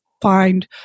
find